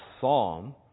psalm